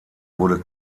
wurde